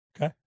Okay